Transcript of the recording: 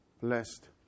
blessed